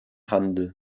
handel